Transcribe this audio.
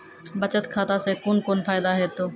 बचत खाता सऽ कून कून फायदा हेतु?